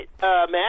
Matt